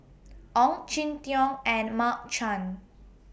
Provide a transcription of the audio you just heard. Ong Jin Teong and Mark Chan